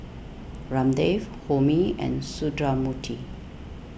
Ramdev Homi and Sundramoorthy